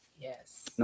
Yes